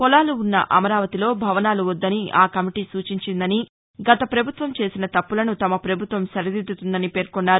పొలాలు ఉన్న అమరావతిలో భవనాలు వద్దని ఆ కమిటీ సూచించిందని గత ప్రభుత్వం చేసిన తప్పులను తమ ప్రభుత్వం సరిదిద్దుతుందన్నారు